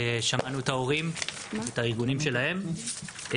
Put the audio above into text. שמענו את ההורים את הארגונים שלהם.